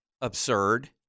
absurd